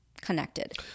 connected